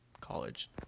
college